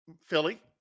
Philly